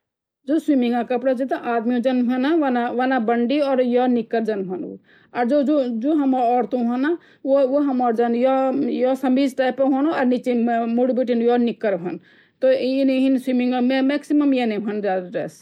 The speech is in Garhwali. स्वीमिंगा कपडा ची न तो आदमिया ची न वो बंदी और या निक्केर छ्न्द और जो औरतो का हौंडा न वो यो समीज टाइप हों और मुड़ी बीतीं यो निक्केर हों यु स्विमिंगा मैक्सिमम येनि होंदी ड्रेस